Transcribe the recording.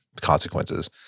consequences